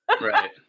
right